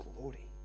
glory